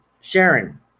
Sharon